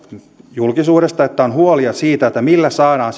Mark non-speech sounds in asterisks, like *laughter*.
julkisuudesta että on huolia siitä millä saadaan *unintelligible*